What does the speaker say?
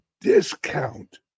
discount